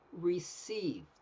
receive